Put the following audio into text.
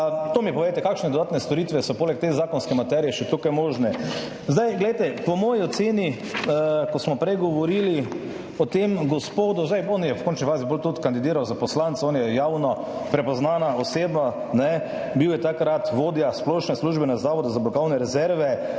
To mi povejte, kakšne dodatne storitve so poleg te zakonske materije še tukaj možne. Po moji oceni, ker smo prej govorili o tem gospodu – on je v končni fazi tudi kandidiral za poslanca, on je javno prepoznana oseba, takrat je bil vodja splošne službe na Zavodu za blagovne rezerve,